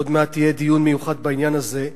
עוד מעט יהיה דיון מיוחד בעניין הזה.